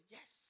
Yes